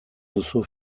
duzu